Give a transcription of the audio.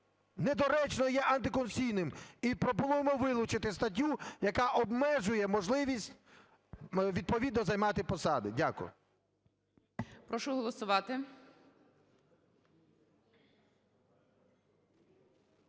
недоречно, є антиконституційним, і пропонуємо вилучити статтю, яка обмежує можливість відповідно займати посади. Дякую. ГОЛОВУЮЧИЙ. Прошу голосувати.